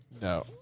No